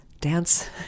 dance